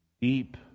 deep